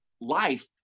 life